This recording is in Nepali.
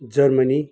जर्मनी